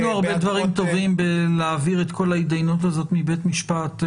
עשינו הרבה דברים טובים בלהעביר את כל ההתדיינות הזאת מבית משפט אליכם,